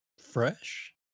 Fresh